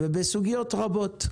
ובסוגיות רבות.